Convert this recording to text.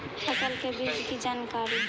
फसल के बीज की जानकारी?